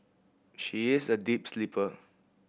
she is a deep sleeper